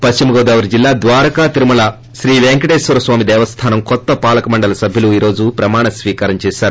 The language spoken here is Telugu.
పశ్చిమ గోదావరి జిల్లా ద్వారకా తిరుమల శ్రీపెంకటేశ్వర స్వామి దేవస్థానం కొత్త పాలక మండలి సభ్యులు ఈ రోజు ప్రమాణ స్వీకారం చేశారు